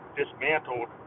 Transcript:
dismantled